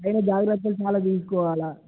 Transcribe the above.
అయిన జాగ్రత్తలు చాలా తీసుకోవాలి